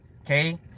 Okay